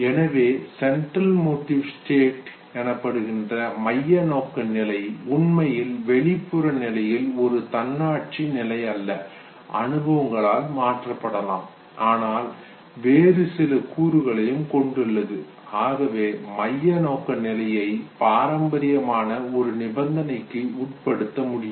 எனவே central motive state மைய நோக்க நிலை உண்மையில் வெளிப்புற நிலையில் ஒரு தன்னாட்சி நிலை அல்ல அனுபவங்களால் மாற்றப்படலாம் ஆனால் வேறு சில கூறுகளையும் கொண்டுள்ளது ஆகவே மையநோக்க நிலையை பாரம்பரியமான ஒரு நிபந்தனைக்கு உட்படுத்த முடியும்